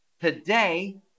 today